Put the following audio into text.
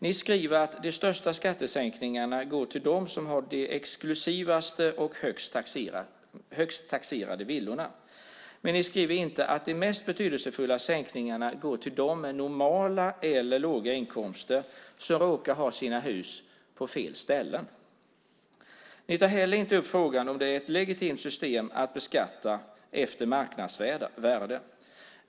Ni skriver att de största skattesänkningarna går till dem som har de exklusivaste och högst taxerade villorna. Men ni skriver inte att de mest betydelsefulla sänkningarna går till dem med normala eller låga inkomster som råkar ha sina hus på fel ställen. Ni tar heller inte upp frågan om det är ett legitimt system att beskatta efter marknadsvärde.